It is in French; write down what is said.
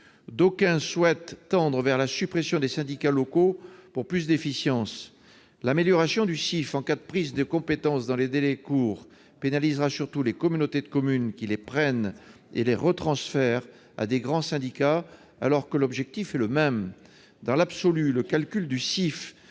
d'aucuns souhaitent tendre vers la suppression des syndicats locaux pour plus d'efficience. L'amélioration du CIF en cas de prise de compétences dans des délais courts pénalisera surtout les communautés de communes qui les prennent et les transfèrent à de grands syndicats, alors que l'objectif est le même. Dans l'absolu, le calcul du CIF